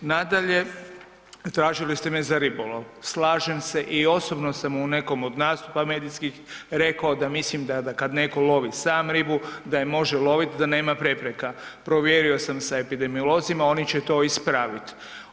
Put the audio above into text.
Nadalje, tražili ste me za ribolov, slažem se i osobno sam u nekom od nastupa medijskih rekao da mislim da kad netko lovi sam ribu da je može loviti, da nema prepreka, provjerio sam sa epidemiolozima oni će to ispraviti.